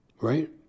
Right